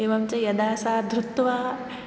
एवञ्च यदा सा धृत्वा